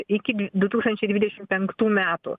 iki du tūkstančiai dvidešim penktų metų